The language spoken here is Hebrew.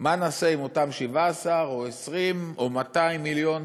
מה נעשה עם אותם 17 או 20 או 200 מיליון